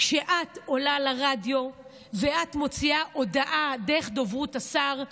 כשאת עולה לרדיו ואת מוציאה הודעה דרך דוברות השר,